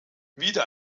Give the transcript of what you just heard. wieder